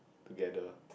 together